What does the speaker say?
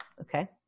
Okay